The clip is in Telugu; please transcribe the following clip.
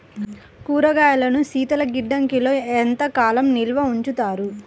కూరగాయలను శీతలగిడ్డంగిలో ఎంత కాలం నిల్వ ఉంచుతారు?